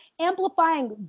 amplifying